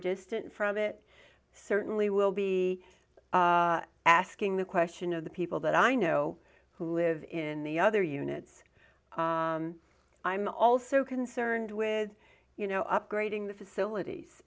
distant from it certainly will be asking the question of the people that i know who live in the other units i'm also concerned with you know upgrading the facilities